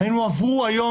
הם הועברו היום